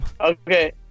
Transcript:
Okay